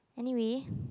anyway